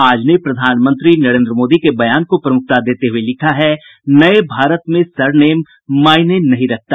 आज ने प्रधानमंत्री नरेंद्र मोदी के बयान को प्रमुखता देते हुये लिखा है नये भारत में सरनेम मायने नहीं रखता